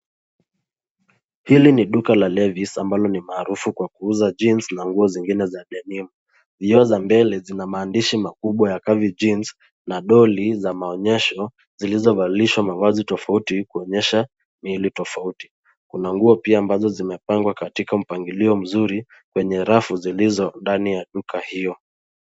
Hili ni duka la Levi's ambalo ni maarufu kwa kuuza jeans nguo zingine za denim . Vioo za mbele zina maandishi makubwa ya Calvin Jeans na dolly za maonyesho zilizovalishwa mavazi tofauti kuonyesha miili tofauti. Kuna nguo pia ambazo zimepangwa katika mpangilio mzuri wenye rafu zilizo ndani ya duka hiyo.